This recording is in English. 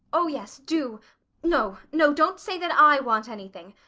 oh yes, do no, no don't say that i want anything!